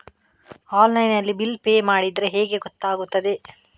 Online ನಲ್ಲಿ bill pay ಮಾಡಿದ್ರೆ ಹೇಗೆ ಗೊತ್ತಾಗುತ್ತದೆ?